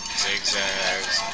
zigzags